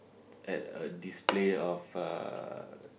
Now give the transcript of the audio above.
at a display of uh